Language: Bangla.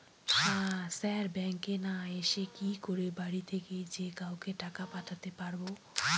স্যার ব্যাঙ্কে না এসে কি করে বাড়ি থেকেই যে কাউকে টাকা পাঠাতে পারবো?